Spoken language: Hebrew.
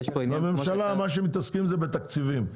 בממשלה מה שמתעסקים זה בתקציבים,